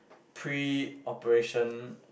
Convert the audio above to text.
pre operation